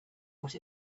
what